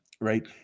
right